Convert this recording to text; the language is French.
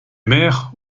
mères